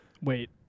Wait